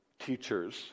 Teachers